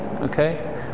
okay